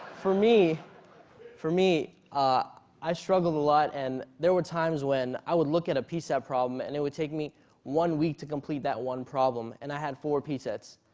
for me for me ah i struggled a lot, and there were times when i would look at a piece set problem and it would take me one week to complete that one problem, and i had four piece sets.